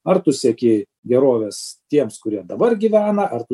ar tu sieki gerovės tiems kurie dabar gyvena ar tu